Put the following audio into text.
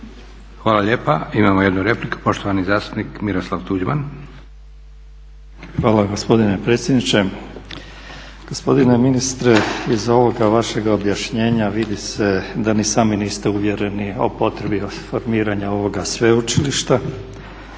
Hvala lijepa. Imamo jednu repliku. Poštovani zastupnik Miroslav Tuđman. **Tuđman, Miroslav (HDZ)** Hvala gospodine predsjedniče. Gospodine ministre iz ovoga vašega objašnjenja vidi se da ni sami niste uvjereni o potrebi formiranja ovoga sveučilišta.